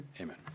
Amen